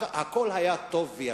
הכול היה טוב ויפה,